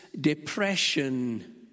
depression